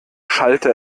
schallte